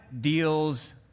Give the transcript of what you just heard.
deals